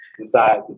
decide